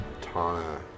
Tana